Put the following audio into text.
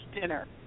dinner